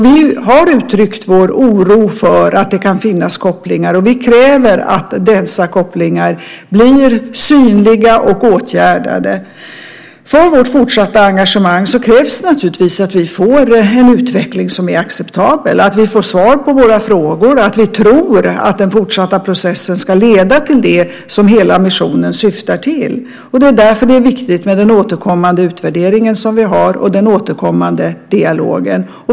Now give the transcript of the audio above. Vi har uttryckt vår oro för att det kan finnas kopplingar, och vi kräver att dessa kopplingar blir synliga och åtgärdade. För vårt fortsatta engagemang krävs naturligtvis att vi får en utveckling som är acceptabel, att vi får svar på våra frågor och att vi tror att den fortsatta processen ska leda till det som hela missionen syftar till. Det är därför det är viktigt med den återkommande utvärderingen och den återkommande dialogen.